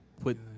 put